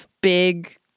big